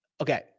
Okay